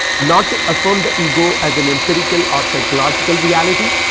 not to affirm the ego as an empirical or psychological reality